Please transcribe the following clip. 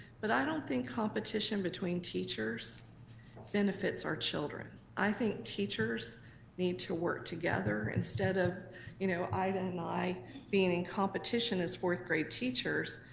but i don't think competition between teachers benefits our children. i think teachers need to work together. instead of you know ida and i being in competition as fourth grade teachers,